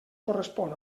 correspon